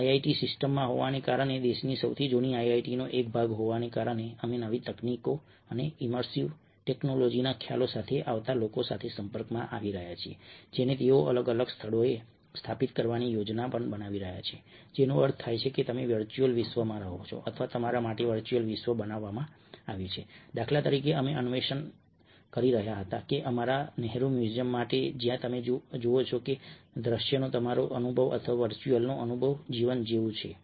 IIT સિસ્ટમમાં હોવાને કારણે દેશની સૌથી જૂની આઈઆઈટીનો એક ભાગ હોવાને કારણે અમે નવી તકનીકો અને ઇમર્સિવ ટેક્નોલોજીના ખ્યાલો સાથે આવતા લોકો સાથે સંપર્કમાં આવી રહ્યા છીએ જેને તેઓ અલગ અલગ સ્થળોએ સ્થાપિત કરવાની યોજના પણ બનાવી રહ્યા છે જેનો અર્થ થાય છે કે તમે વર્ચ્યુઅલ વિશ્વમાં રહો છો અથવા તમારા માટે વર્ચ્યુઅલ વિશ્વ બનાવવામાં આવ્યું છે દાખલા તરીકે અમે અન્વેષણ કરી રહ્યા હતા કે અમારા નહેરુ મ્યુઝિયમ માટે જ્યાં તમે જુઓ છો કે દ્રશ્યનો તમારો અનુભવ અથવા વર્ચ્યુઅલનો અનુભવ જીવન જેવું છે